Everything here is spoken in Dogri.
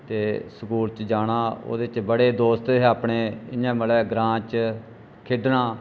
ते स्कूल च जाना ओह्दे च बड़े दोस्त हे अपने इ'यां मतलब ग्रां च खेढना